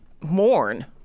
mourn